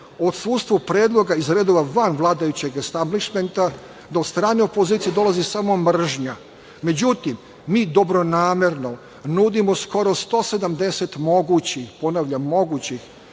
odsustvo predloga iz redova vanvladajućeg establišmenta da od strane opozicije dolazi samo mržnja. Međutim, mi dobronamerno nudimo skoro 170 mogućih, ponavljam mogućih